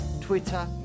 Twitter